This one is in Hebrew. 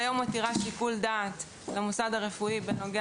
כיום היא מותירה שיקול דעת למוסד הרפואי בנוגע